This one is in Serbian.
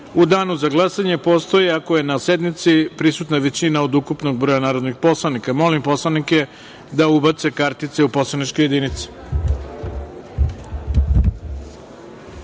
u Danu za glasanje postoji ako je na sednici prisutna većina od ukupnog broja narodnih poslanika. Molim narodne poslanike da ubace kartice u poslaničke jedinice.